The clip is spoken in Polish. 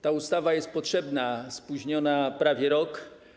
Ta ustawa jest potrzebna, spóźniona prawie rok.